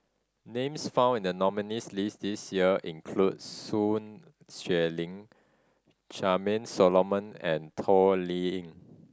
names found in the nominees' list this year include Sun Xueling Charmaine Solomon and Toh Liying